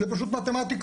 זו פשוט מתמטיקה.